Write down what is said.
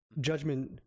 judgment